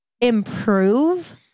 improve